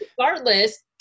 regardless